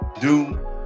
Doom